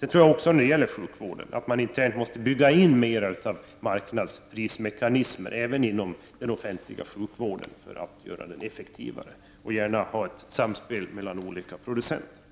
Jag tror också att man även i den offentliga sjukvården måste bygga in mer av marknadsprismekanismer för att göra den effektivare. Man bör också ha ett samspel mellan olika producenter.